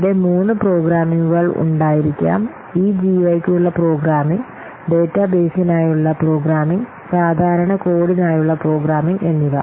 ഇവിടെ മൂന്ന് പ്രോഗ്രാമിംഗുകൾ ഉണ്ടായിരിക്കാം ഈ ജിയുഐയ്ക്കുള്ള പ്രോഗ്രാമിംഗ് ഡാറ്റാബേസിനായുള്ള പ്രോഗ്രാമിംഗ് സാധാരണ കോഡിനായുള്ള പ്രോഗ്രാമിംഗ് എന്നിവ